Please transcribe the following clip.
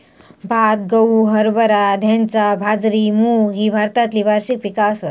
भात, गहू, हरभरा, धैंचा, बाजरी, मूग ही भारतातली वार्षिक पिका आसत